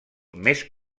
més